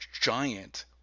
giant